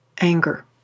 anger